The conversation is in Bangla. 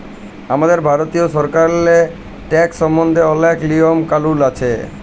আমাদের ভারতীয় সরকারেল্লে ট্যাকস সম্বল্ধে অলেক লিয়ম কালুল আছে